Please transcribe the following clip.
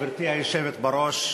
גברתי היושבת בראש,